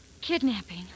Kidnapping